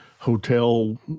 hotel